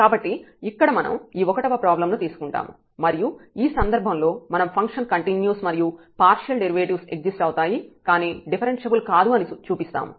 కాబట్టి ఇక్కడ మనం ఈ ఒకటవ ప్రాబ్లం ను తీసుకుంటాము మరియు ఈ సందర్భంలో మనం ఫంక్షన్ కంటిన్యూస్ మరియు పార్షియల్ డెరివేటివ్స్ ఎగ్జిస్ట్ అవుతాయి కానీ డిఫరెన్ష్యబుల్ కాదు అని చూపిస్తాము